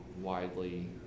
widely